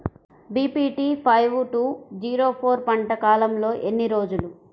BPT five two zero four పంట కాలంలో ఎన్ని రోజులు?